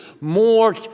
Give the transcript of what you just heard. more